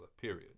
period